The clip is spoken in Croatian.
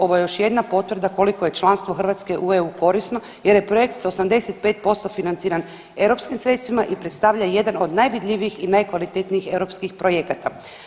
Ovo je još jedna potvrda koliko je članstvo Hrvatske u EU korisno jer je projekt s 85% financiran europskih sredstvima i predstavlja jedan od najvidljivijih i najkvalitetnijih europskih projekata.